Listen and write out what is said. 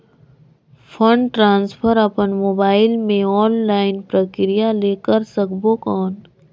Fund transfer अपन mobile मे online प्रक्रिया ले कर सकबो कौन?